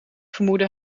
vermoedde